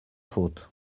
faute